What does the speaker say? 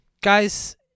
Guys